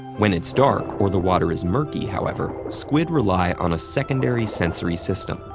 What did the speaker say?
when it's dark or the water is murky, however, squid rely on a secondary sensory system,